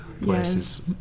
places